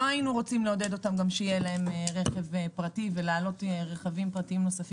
לא היינו רוצים לעודד אותם להעלות רכב פרטי נוסף